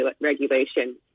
regulation